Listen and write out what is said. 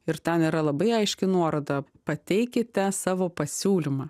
ir ten yra labai aiški nuoroda pateikite savo pasiūlymą